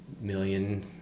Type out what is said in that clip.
million